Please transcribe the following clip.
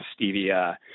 stevia